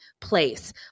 place